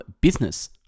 business